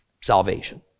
salvation